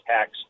tax